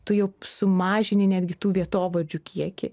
tu jau sumažini netgi tų vietovardžių kiekį